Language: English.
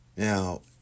Now